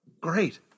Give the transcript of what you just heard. great